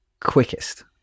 quickest